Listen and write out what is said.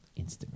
Instagram